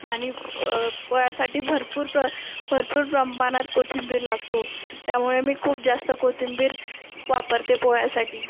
आणि पोहासाठी भरपूर प्र भरपूर प्रमाणात कोथिंबीर लागतो त्यामुळे मी खूप जास्त कोथिंबीर वापरते पोह्यासाठी